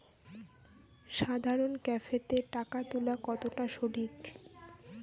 সাধারণ ক্যাফেতে টাকা তুলা কতটা সঠিক?